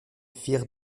firent